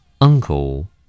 Uncle